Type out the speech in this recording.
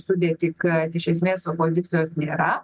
sudėtį kad iš esmės opozicijos nėra